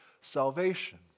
salvation